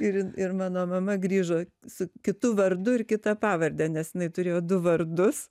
ir ir mano mama grįžo su kitu vardu ir kita pavarde nes jinai turėjo du vardus